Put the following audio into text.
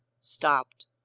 stopped